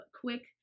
quick